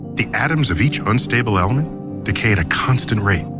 the atoms of each unstable element decay to constant rate.